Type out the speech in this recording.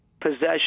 possession